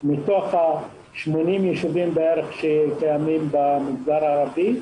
מתוך כ-80 יישובים שקיימים במגזר הערבי.